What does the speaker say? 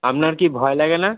আপনার কি ভয় লাগে না